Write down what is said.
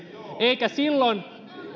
eikä